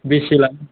बेसे लानो